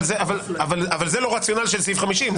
אבל זה לא רציונל של סעיף 50,